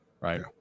Right